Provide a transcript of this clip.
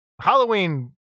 Halloween